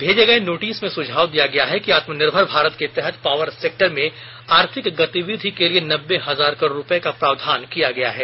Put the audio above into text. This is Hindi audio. मेजे गए नोटिस में सुझाव दिया गया है कि आत्मनिर्भर भारत के तहत पावर सेक्टर में आर्थिक गतिविधि के लिए नब्बे हजार करोड़ रूपये का प्रावधान किया गया है